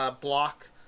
Block